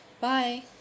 Bye